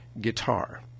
guitar